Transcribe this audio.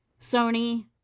Sony